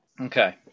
Okay